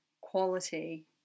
quality